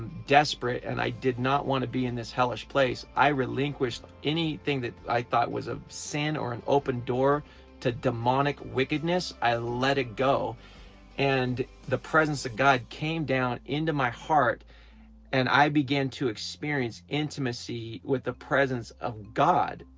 desperate and i did not want to be in this hellish place, i relinquished anything that i thought was a sin or an open door to demonic wickedness. i let it go and the presence of god came down into my heart and i began to experience intimacy with the presence of god!